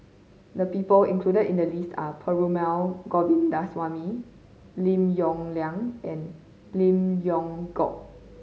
the people included in the list are Perumal Govindaswamy Lim Yong Liang and Lim Leong Geok